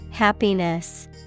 Happiness